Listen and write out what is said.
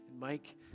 Mike